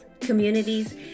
communities